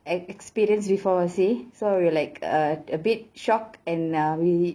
experience before you see so we were like a a bit shock and uh we